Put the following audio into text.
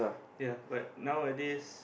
ya but now a days